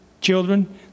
children